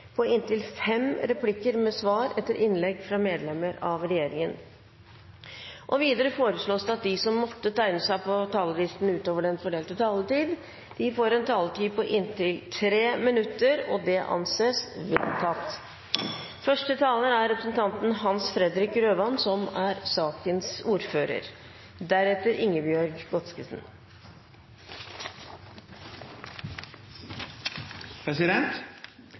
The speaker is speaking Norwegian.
på inntil fem replikker med svar etter innlegg fra medlemmer av regjeringen innenfor den fordelte taletid. Videre foreslås det at de som måtte tegne seg på talerlisten utover den fordelte taletid, får en taletid på inntil 3 minutter. – Det anses vedtatt.